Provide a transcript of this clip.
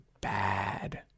bad